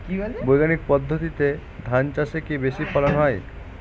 বৈজ্ঞানিক পদ্ধতিতে ধান চাষে কি বেশী ফলন হয়?